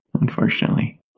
unfortunately